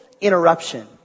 interruption